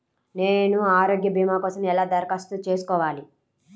నేను ఆరోగ్య భీమా కోసం ఎలా దరఖాస్తు చేసుకోవాలి?